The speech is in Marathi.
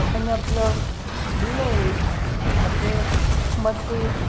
त्यांनी आपलं दिले आपले मते